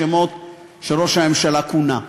בשמות שראש הממשלה כונה.